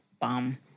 bomb